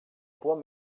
boa